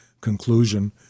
conclusion